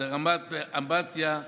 חדר אמבטיה,